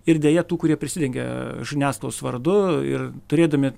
ir deja tų kurie prisidengia žiniasklaidos vardu ir turėdami